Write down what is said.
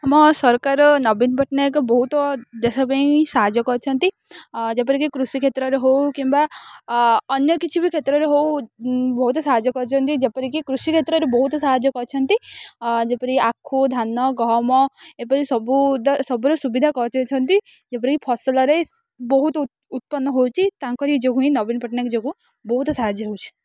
ଆମ ସରକାର ନବୀନ ପଟ୍ଟନାୟକ ବହୁତ ଦେଶ ପାଇଁ ସାହାଯ୍ୟ କରିଛନ୍ତି ଯେପରିକି କୃଷି କ୍ଷେତ୍ରରେ ହେଉ କିମ୍ବା ଅନ୍ୟ କିଛି ବି କ୍ଷେତ୍ରରେ ହେଉ ବହୁତ ସାହାଯ୍ୟ କରିଛନ୍ତି ଯେପରିକି କୃଷି କ୍ଷେତ୍ରରେ ବହୁତ ସାହାଯ୍ୟ କରିଛନ୍ତି ଯେପରି ଆଖୁ ଧାନ ଗହମ ଏପରି ସବୁର ସୁବିଧା କରି ଅଛନ୍ତି ଯେପରିକି ଫସଲରେ ବହୁତ ଉତ୍ପନ୍ନ ହେଉଛି ତାଙ୍କର ଏଇ ଯୋଗୁଁ ହିଁ ନବୀନ ପଟ୍ଟନାୟକ ଯୋଗୁଁ ବହୁତ ସାହାଯ୍ୟ ହେଉଛି